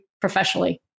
professionally